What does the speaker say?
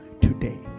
today